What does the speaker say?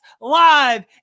Live